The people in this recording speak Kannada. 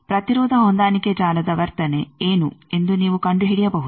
ಪ್ರತಿರೋಧ ಹೊಂದಾಣಿಕೆ ಜಾಲದ ವರ್ತನೆ ಏನು ಎಂದು ನೀವು ಕಂಡುಹಿಡಿಯಬಹುದು